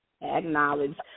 Acknowledge